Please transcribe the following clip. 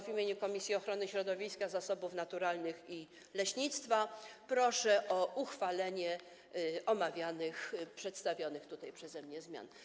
W imieniu Komisji Ochrony Środowiska, Zasobów Naturalnych i Leśnictwa proszę o uchwalenie omawianych, przedstawionych tutaj przeze mnie zmian.